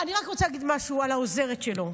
אני רק רוצה להגיד משהו על העוזרת שלו.